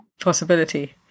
possibility